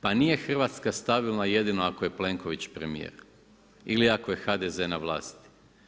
Pa nije Hrvatska stabilna jedino ako je Plenković premijer ili ako je HDZ na vlasti.